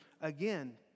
again